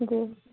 जी